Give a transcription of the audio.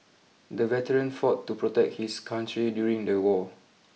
the veteran fought to protect his country during the war